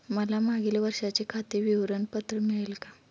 मला मागील वर्षाचे खाते विवरण पत्र मिळेल का?